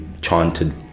chanted